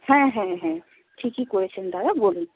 হ্যাঁ হ্যাঁ হ্যাঁ ঠিকই করেছেন দাদা বলুন